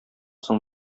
соң